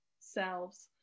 selves